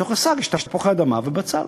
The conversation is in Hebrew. בתוך השק יש תפוחי-אדמה ובצל.